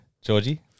Georgie